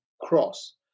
cross